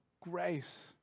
grace